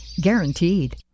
Guaranteed